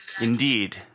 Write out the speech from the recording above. Indeed